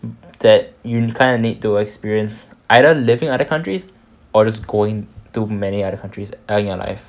that you kind of need to experience either living other countries or just going to many other countries in your life